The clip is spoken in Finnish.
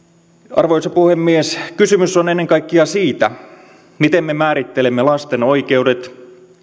arvoisa puhemies kysymys on ennen kaikkea siitä miten me määrittelemme lasten oikeudet